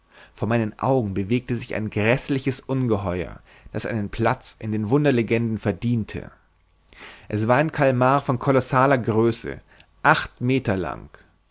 vor meinen augen bewegte sich ein gräßliches ungeheuer das einen platz in den wunderlegenden verdiente es war ein kalmar von kolossaler größe acht meter lang